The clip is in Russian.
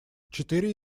четыре